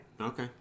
Okay